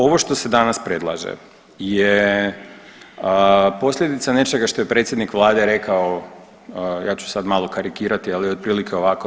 Ovo što se danas predlaže je posljedica nečega što je predsjednik Vlade rekao, ja ću sad malo karikirati, ali otprilike ovako.